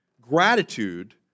Gratitude